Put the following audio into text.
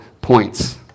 points